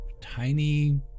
tiny